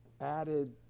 added